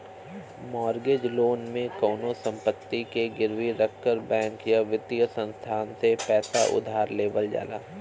mortgage loan में कउनो संपत्ति के गिरवी रखकर बैंक या वित्तीय संस्थान से पैसा उधार लेवल जाला